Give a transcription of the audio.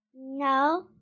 No